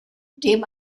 dem